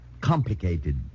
complicated